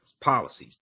policies